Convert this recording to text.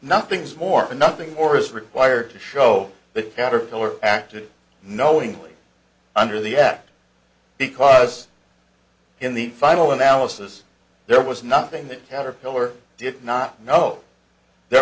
nothing's more and nothing more is required to show the caterpillar acted knowingly under the act because in the final analysis there was nothing that caterpillar did not know th